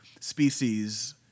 species